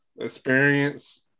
Experience